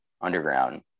underground